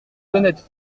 honnêtes